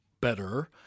better